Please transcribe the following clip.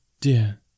Dear